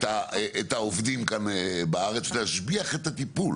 העובדים בארץ, להשביח את הטיפול.